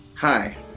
Hi